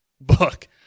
book